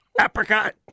apricot